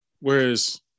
Whereas